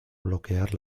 bloquear